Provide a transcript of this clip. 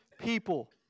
people